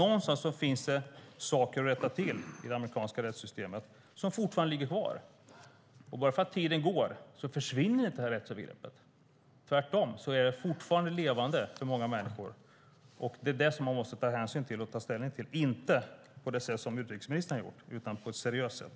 Någonstans finns det saker att rätta till i det amerikanska rättssystemet som fortfarande ligger kvar. Bara för att tiden går försvinner inte rättsövergreppet. Tvärtom är det fortfarande levande för många människor. Detta måste man ta hänsyn och ställning till, men inte på det sätt som utrikesministern har gjort utan på ett seriöst sätt.